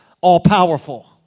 all-powerful